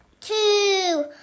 two